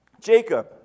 Jacob